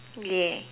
ya